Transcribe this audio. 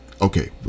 Okay